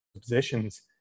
positions